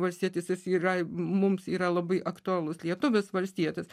valstietis jis yra mums yra labai aktualus lietuvis valstietis